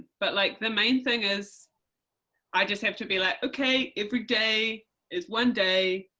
but like the main thing is i just have to be like, okay every day is one day.